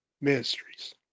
ministries